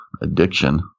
addiction